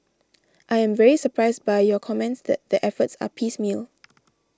I am very surprised by your comments that the efforts are piecemeal